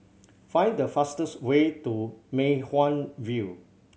find the fastest way to Mei Hwan View